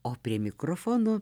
o prie mikrofono